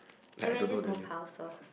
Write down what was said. I may just move house so